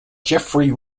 jeffery